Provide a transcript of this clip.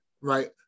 right